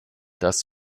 das